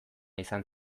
izan